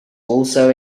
also